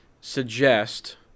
suggest